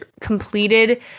completed